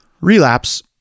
Relapse